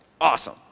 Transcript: Awesome